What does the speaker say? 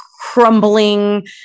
crumbling